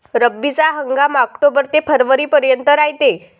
रब्बीचा हंगाम आक्टोबर ते फरवरीपर्यंत रायते